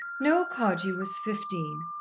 noel cardew was fifteen,